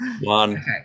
One